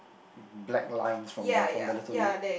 black lines from the from the little lake